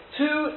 two